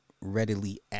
readily